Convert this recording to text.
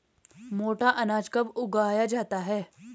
मोटा अनाज कब उगाया जाता है?